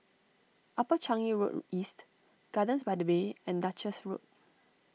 Upper Changi Road East Gardens by the Bay and Duchess Road